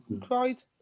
cried